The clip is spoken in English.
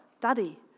daddy